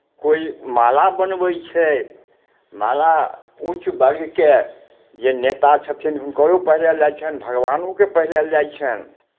कोइ माला बनबै छै माला ऊँच वर्गके जे नेता छथिन हुनकरो पहिरायल जाइ छनि भगवानोकेँ पहिरायल जाइ छनि